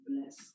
bless